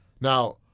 now